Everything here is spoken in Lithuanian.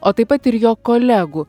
o taip pat ir jo kolegų